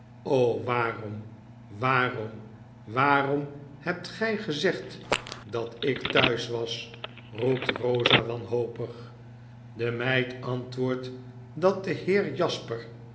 waarom waarom waarom hebt gij gezegd dat ik thuis was roept eosa wannopig de meid antwoordt dat de heer jasper